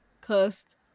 cursed